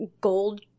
gold